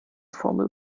formel